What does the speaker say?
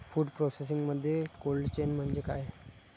Food प्रोसेसिंगमध्ये cold chain म्हणजे काय?